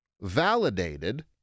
validated